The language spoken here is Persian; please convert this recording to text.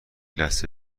لحظه